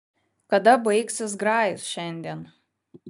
kada baigsis grajus šiandien